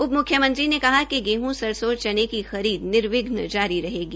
उप मुख्यमंत्री ने कहा कि गेहूं सरसों और चने की खरीद निर्विघ्न जारी है